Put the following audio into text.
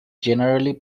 generally